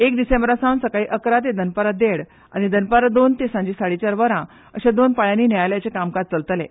एक डिसेंबरा सावन सकाळीं इकरा ते दनपारां देड आनी दनपारां दोन ते सांजे साडेचार वरां अशा दोन पाळयांनी न्यायालयाचे कामकाज चलतलें